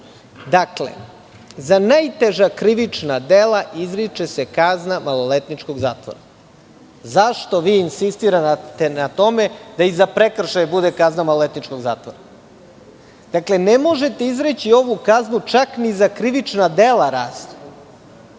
kaznu. Dakle, za najteža krivična dela izriče se kazna maloletničkog zatvora. Zašto insistirate na tome da i za prekršaje bude kazna maloletničkog zatvora? Ne možete izreći ovu kaznu čak ni za krivična dela razna,